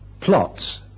Plots